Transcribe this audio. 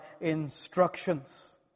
instructions